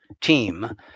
team